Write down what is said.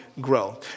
grow